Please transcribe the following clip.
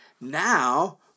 now